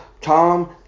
Tom